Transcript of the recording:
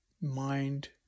mind